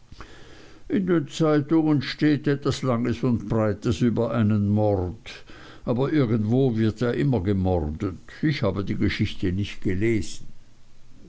in den zeitungen steht etwas langes und breites über einen mord aber irgendwo wird ja immer gemordet ich habe die geschichte nicht gelesen